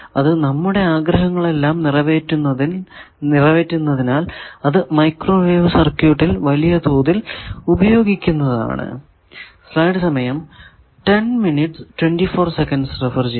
അത് നമ്മുടെ ആഗ്രഹങ്ങൾ എല്ലാം നിറവേറ്റുന്നതിനാൽ അത് മൈക്രോവേവ് സർക്യൂട്ടിൽ വലിയ തോതിൽ ഉപയോഗിക്കുന്നതാണ്